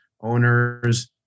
owners